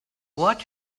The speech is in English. what